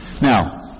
Now